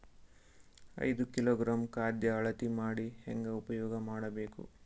ಐದು ಕಿಲೋಗ್ರಾಂ ಖಾದ್ಯ ಅಳತಿ ಮಾಡಿ ಹೇಂಗ ಉಪಯೋಗ ಮಾಡಬೇಕು?